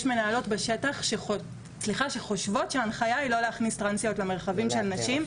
יש מנהלות בשטח שחושבות שההנחיה היא לא להכניס טרנסיות למרחבים של נשים.